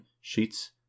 sheets